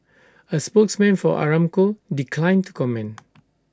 A spokesman for Aramco declined to comment